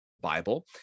Bible